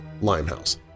Limehouse